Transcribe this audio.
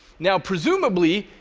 now, presumably,